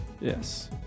Yes